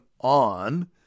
on